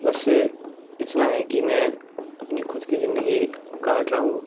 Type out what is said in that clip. बस इतना है कि मैं अपनी ख़ुद की ज़िंदगी काट रहा हूँ